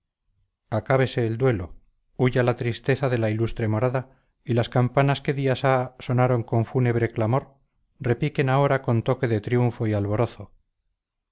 su fusilamiento acábese el duelo huya la tristeza de la ilustre morada y las campanas que días ha sonaron con fúnebre clamor repiquen ahora con toque de triunfo y alborozo